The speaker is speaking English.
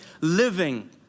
living